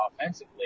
offensively